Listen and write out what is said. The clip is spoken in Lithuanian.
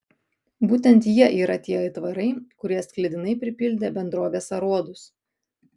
būtent jie yra tie aitvarai kurie sklidinai pripildė bendrovės aruodus